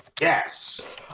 yes